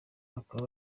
bakaba